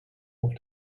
auf